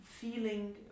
feeling